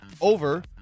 over